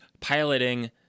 piloting